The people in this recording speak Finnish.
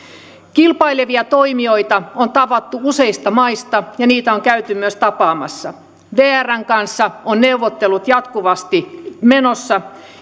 kilpailevia toimijoita on tavattu useista maista ja niitä on käyty myös tapaamassa vrn kanssa ovat neuvottelut jatkuvasti menossa